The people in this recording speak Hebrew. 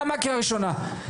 נעמה קריאה ראשונה,